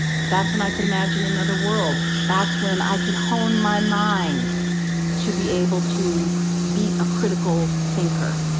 that's when i could imagine another world. that's when i could hone my mind to be able to be a critical thinker.